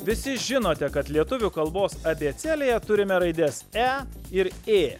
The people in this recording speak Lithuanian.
visi žinote kad lietuvių kalbos abėcėlėje turime raides e ir ė